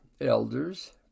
elders